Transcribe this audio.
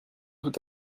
tout